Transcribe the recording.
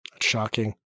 shocking